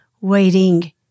waiting